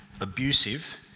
abusive